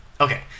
Okay